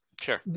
Sure